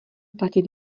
platit